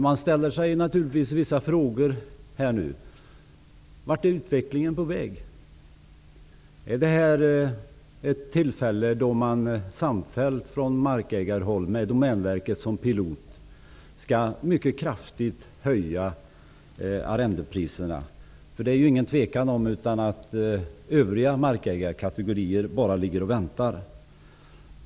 Man ställer sig naturligtvis vissa frågor. Vart är utvecklingen på väg? Är det här ett tillfälle då man samfällt från markägarhåll med Domänverket som pilot mycket kraftigt skall höja arrendepriserna? Det är inget tvivel om att övriga markägarkategorier bara ligger och väntar.